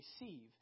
receive